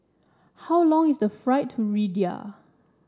how long is the flight to Riyadh